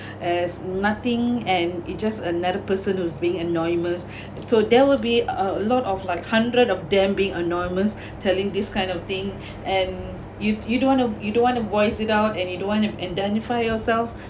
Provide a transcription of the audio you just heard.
as nothing and it just another person who's being anonymous so there will be a lot of like hundred of them being anonymous telling this kind of thing and you you don't want to you don't want to voice it out and you don't want them to identify yourself